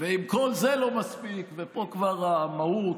אם כל זה לא מספיק, ופה כבר המהות,